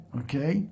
okay